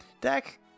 dak